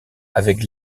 avec